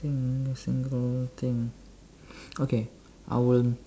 thing single thing okay I will